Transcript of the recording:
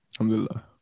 Alhamdulillah